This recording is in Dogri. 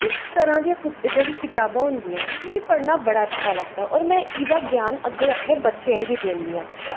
में इस तरह् दियां जेह्ड़ियां कताबां होंदियां न मिगी पढ़ना बड़ा अच्छा लगदा होर में एह्दा ज्ञान अग्गैं अपने बच्चेंआ गी बी दिन्नी आं